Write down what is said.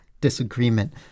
disagreement